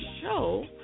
show